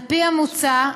על-פי המוצע,